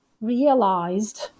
realized